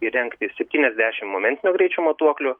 įrengti septyniasdešim momentinio greičio matuoklių